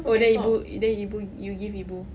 oh then ibu then ibu you give ibu